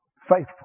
Faithful